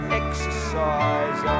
exercise